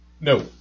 No